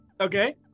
Okay